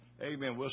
Amen